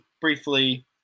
briefly